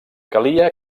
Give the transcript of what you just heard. calia